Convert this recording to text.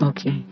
Okay